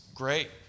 Great